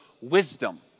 wisdom